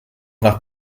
nach